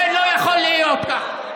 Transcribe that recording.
זה לא יכול להיות ככה.